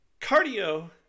Cardio